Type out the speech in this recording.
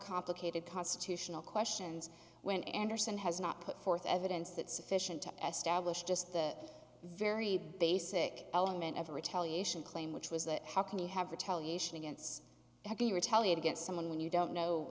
complicated constitutional questions when anderson has not put forth evidence that sufficient to establish just the very basic element of retaliation claim which was that how can he have retaliation against the retaliate against someone when you don't know